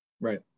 Right